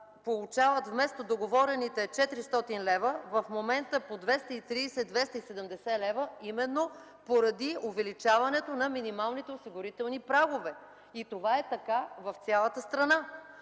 болница вместо договорените 400 лв., в момента получават по 230 270 лв. именно поради увеличаването на минималните осигурителни прагове. И това е така в цялата страна.